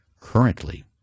Currently